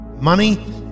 Money